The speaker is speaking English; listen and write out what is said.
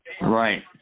Right